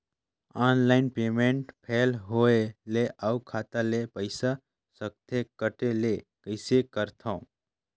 Online payment fail होय ले अउ खाता ले पईसा सकथे कटे ले कइसे करथव?